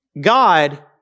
God